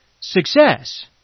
success